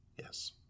Yes